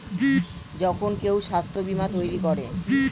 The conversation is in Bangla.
যখন কেউ স্বাস্থ্য বীমা তৈরী করে